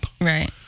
Right